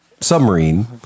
submarine